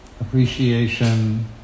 appreciation